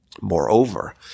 Moreover